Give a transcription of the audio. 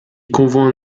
convainc